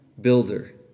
builder